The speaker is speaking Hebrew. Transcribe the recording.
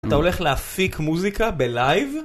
אתה הולך להפיק מוזיקה בלייב?